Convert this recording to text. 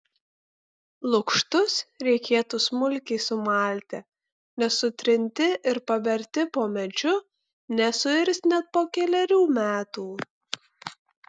lukštus reikėtų smulkiai sumalti nes sutrinti ir paberti po medžiu nesuirs net po kelerių metų